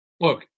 Look